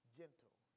gentle